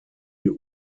die